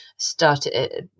started